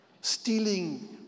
stealing